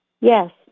Yes